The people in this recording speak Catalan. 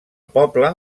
poble